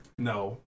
No